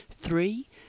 Three